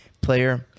player